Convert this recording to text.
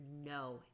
no